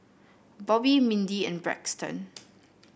Bobbi Mindi and Braxton